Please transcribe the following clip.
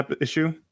issue